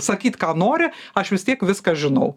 sakyt ką nori aš vis tiek viską žinau